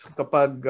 kapag